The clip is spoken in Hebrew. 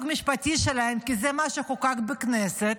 משפטי שלהם כי זה מה שחוקק בכנסת.